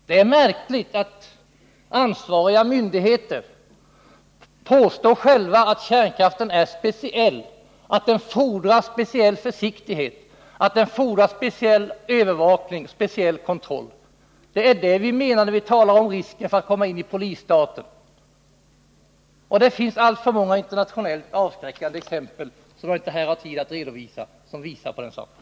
Det är märkligt att ansvariga myndigheter själva påstår att kärnkraften är speciell, fordrar speciell försiktighet, övervakning och kontroll. Det är det vi menar när vi talar om risken för att Sverige skall bli en polisstat. Internationellt finns det alltför många avskräckande exempel — som jag inte har tid att här redovisa — som visar på den risken.